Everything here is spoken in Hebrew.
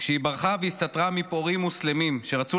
כשהיא ברחה והסתתרה מפורעים מוסלמים שרצו